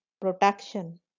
protection